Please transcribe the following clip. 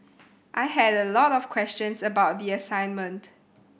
I had a lot of questions about the assignment